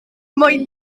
moyn